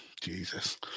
Jesus